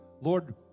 Lord